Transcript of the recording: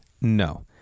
No